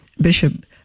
Bishop